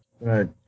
Right